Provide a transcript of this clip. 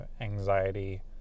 anxiety